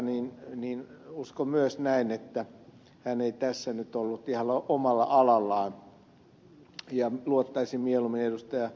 pulliainen viittaa uskon myös näin että hän ei tässä nyt ollut ihan omalla alallaan ja luottaisin mieluummin ed